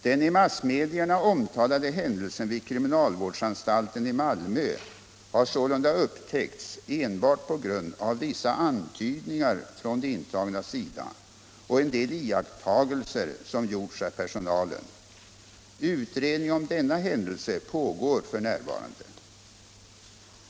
Den i massmedierna omtalade händelsen vid kriminalvårdsanstalten i Malmö har sålunda upptäckts enbart på grund av vissa antydningar från de intagnas sida och en del iakttagelser, som gjorts av personalen. Utredning om denna händelse pågår f.n.